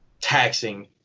taxing